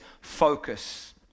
focus